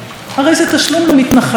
הרי זה תשלום למתנחלים,